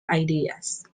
ideas